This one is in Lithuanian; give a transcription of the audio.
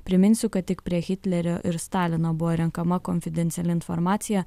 priminsiu kad tik prie hitlerio ir stalino buvo renkama konfidenciali informacija